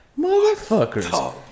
Motherfuckers